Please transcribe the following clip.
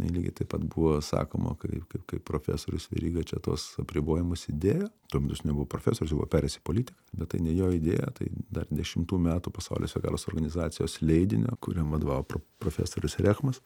lygiai taip pat buvo sakoma kaip kaip kaip profesorius veryga čia tuos apribojimus įdėjo tuo metu jis nebuvo profesorius jis buvo perėjęs į politiką bet tai ne jo idėja tai dar dešimtų metų pasaulio sveikatos organizacijos leidinio kuriam vadovavo pro profesorius rechmas